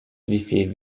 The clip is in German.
wieviel